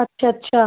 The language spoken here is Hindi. अच्छा अच्छा